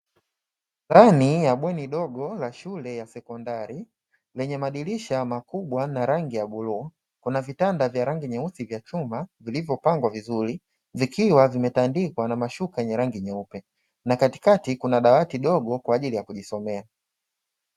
Ndani ya bweni dogo la shule ya sekondari lenye madirisha makubwa na rangi ya bluu, kuna vitanda vya rangi nyeusi vya chuma vilivyopangwa vizuri vikiwa vimetandikwa na mashuka yenye rangi nyeupe na kati kati kuna dawati dogo kwa ajili ya kujisomea.